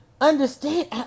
understand